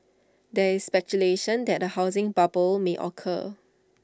there is speculation that A housing bubble may occur